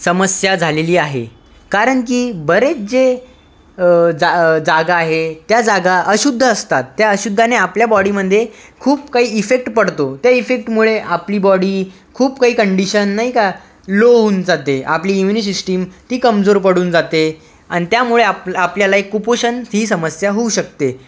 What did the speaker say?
समस्या झालेली आहे कारण की बरेच जे जा जागा आहे त्या जागा अशुद्ध असतात त्या अशुद्धाने आपल्या बॉडीमध्ये खूप काही इफेक्ट पडतो त्या इफेक्टमुळे आपली बॉडी खूप काही कंडिशन नाही का लो होऊन जाते आपली इम्युनि सिष्टीम ती कमजोर पडून जाते अन् त्यामुळे आप आपल्याला एक कुपोषण ही समस्या होऊ शकते